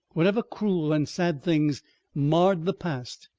whatever cruel and sad things marred the past,